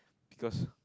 because